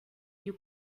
you